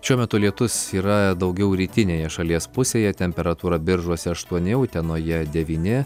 šiuo metu lietus yra daugiau rytinėje šalies pusėje temperatūra biržuose aštuoni utenoje devyni